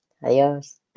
adiós